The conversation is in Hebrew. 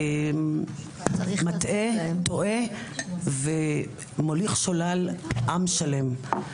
מטעה, טועה, ומוליך שולל עם שלם.